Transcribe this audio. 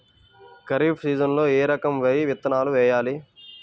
ఖరీఫ్ సీజన్లో ఏ రకం వరి విత్తనాలు వేయాలి?